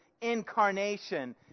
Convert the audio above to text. incarnation